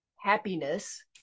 happiness